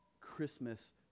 Christmas